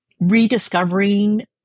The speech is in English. rediscovering